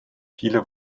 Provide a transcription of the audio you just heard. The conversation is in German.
viele